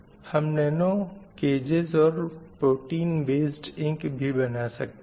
हम nano cages और protein based ink भी बना सकते हैं